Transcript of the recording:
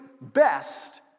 best